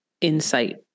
insight